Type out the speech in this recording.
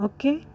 Okay